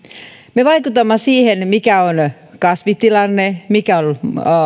me vaikutamme siihen mikä on kasvitilanne mikä on